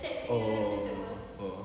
oh oh